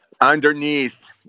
underneath